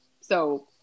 so-